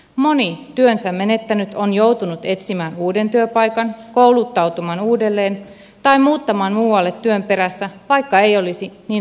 moni työnsä menettänyt on joutunut etsimään uuden työpaikan kouluttautumaan uudelleen tai muuttamaan muualle työn perässä vaikka ei olisi niin halunnut tehdä